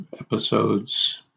episodes